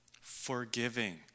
forgiving